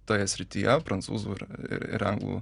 toje srityje prancūzų ir ir ir anglų